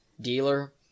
dealer